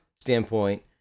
standpoint